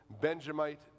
Benjamite